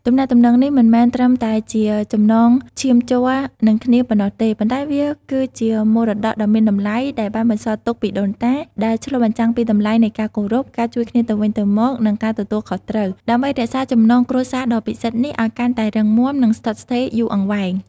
ទំនាក់ទំនងនេះមិនមែនត្រឹមតែជាចំណងឈាមជ័រនឹងគ្នាប៉ុណ្ណោះទេ ប៉ុន្តែវាគឺជាមរតកដ៏មានតម្លៃ ដែលបានបន្សល់ទុកពីដូនតា ដែលឆ្លុះបញ្ចាំងពីតម្លៃនៃការគោរព ការជួយគ្នាទៅវិញទៅមក និងការទទួលខុសត្រូវ ដើម្បីរក្សាចំណងគ្រួសារដ៏ពិសិដ្ឋនេះឱ្យកាន់តែរឹងមាំ និងស្ថិតស្ថេរយូរអង្វែង។